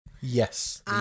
yes